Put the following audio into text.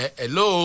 hello